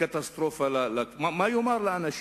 קטסטרופה, מה הוא יאמר לאנשים?